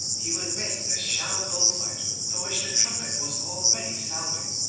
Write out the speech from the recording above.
he would miss the sham bull-fight for which the trumpet was already sounding,